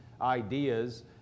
ideas